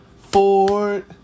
Ford